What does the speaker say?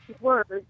words